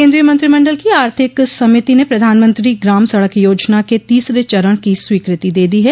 केन्द्रीय मंत्रिमंडल की आर्थिक समिति ने प्रधानमंत्री ग्राम सड़क योजना के तीसरे चरण की स्वीकृति दे दी है